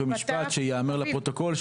רק במשפט שיאמר לפרוטוקול,